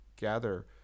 gather